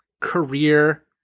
career